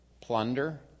plunder